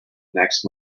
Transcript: next